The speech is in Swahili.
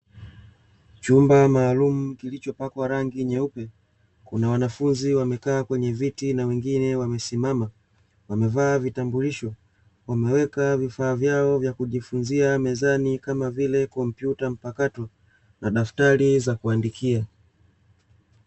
Chumba maalumu kilichopakwa rangi nyeupe, kuna wanafunzi wamekaa kwenye viti na wengine wamesimama, wamevaa vitambulisho, wameweka vifaa vyao vya kujifunzia mezani kama vile kompyuta mpakato na daftari za kuandikia.